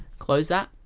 close that